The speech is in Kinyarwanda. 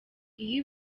iyo